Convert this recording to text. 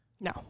No